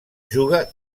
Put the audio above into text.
juga